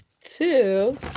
two